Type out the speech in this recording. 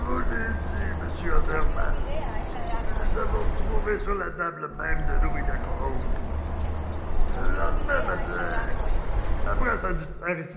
monsieur andermatt nous les avons trouvés sur la table même de louis lacombe le lendemain matin après sa